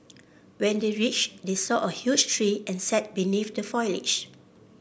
when they reached they saw a huge tree and sat beneath the foliage